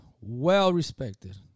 well-respected